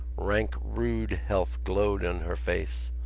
frank rude health glowed in her face,